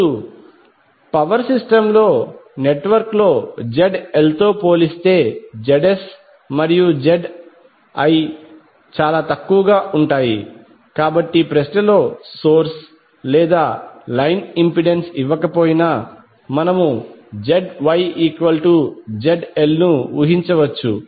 ఇప్పుడు power system నెట్వర్క్లో ZL తో పోలిస్తే Zs మరియు Zl చాలా తక్కువగా ఉంటాయి కాబట్టి ప్రశ్నలో సోర్స్ లేదా లైన్ ఇంపెడెన్స్ ఇవ్వకపోయినా మనము ZYZLను ఊహించవచ్చు